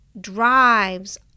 drives